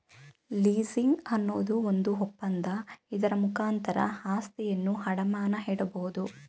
leasing ಅನ್ನೋದು ಒಂದು ಒಪ್ಪಂದ, ಇದರ ಮುಖಾಂತರ ಆಸ್ತಿಯನ್ನು ಅಡಮಾನ ಇಡಬೋದು